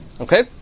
Okay